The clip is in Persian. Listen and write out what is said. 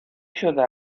شده